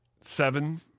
seven